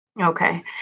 Okay